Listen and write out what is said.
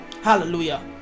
Hallelujah